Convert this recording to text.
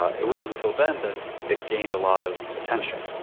it was until then that it gained a lot of attention.